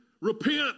repent